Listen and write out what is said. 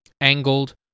angled